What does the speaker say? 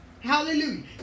Hallelujah